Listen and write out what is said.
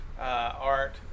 Art